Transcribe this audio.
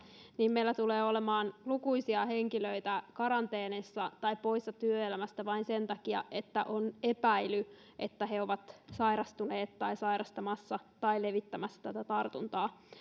niin meillä tulee olemaan lukuisia henkilöitä karanteenissa tai poissa työelämästä vain sen takia että on epäily että he ovat sairastuneet tai sairastumassa ja levittämässä tätä tartuntaa